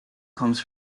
comes